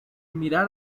mirar